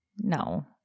No